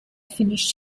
finished